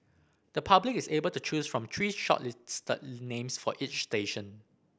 the public is able to choose from three shortlisted names for each station